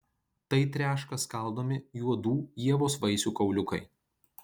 tai treška skaldomi juodų ievos vaisių kauliukai